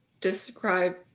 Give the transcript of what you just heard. describe